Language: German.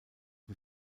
wie